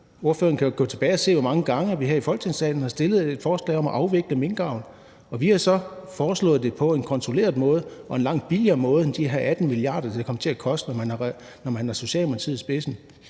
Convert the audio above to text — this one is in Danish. Ordføreren kan jo gå tilbage og se, hvor mange gang vi her i Folketingssalen har fremsat et forslag om at afvikle minkavl, og vi har så foreslået det på en kontrolleret måde og en langt billigere måde end de her 18 mia. kr., det kommer til at koste, når man har Socialdemokratiet i spidsen.